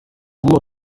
bourg